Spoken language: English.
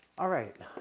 all right.